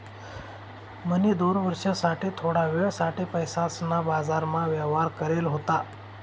म्हणी दोन वर्ष साठे थोडा वेळ साठे पैसासना बाजारमा व्यवहार करेल होता